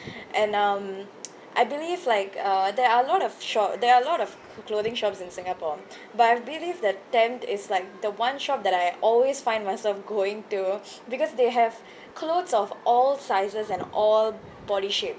and um I believe like uh there are a lot of sho~ there are a lot of clothing shops in singapore but I believe that temt is like the one shop that I always find myself going to because they have clothes of all sizes and all body shape